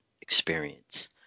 experience